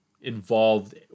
involved